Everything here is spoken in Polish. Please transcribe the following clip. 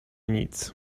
nic